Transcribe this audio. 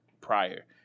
prior